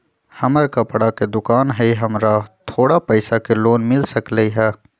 हमर कपड़ा के दुकान है हमरा थोड़ा पैसा के लोन मिल सकलई ह?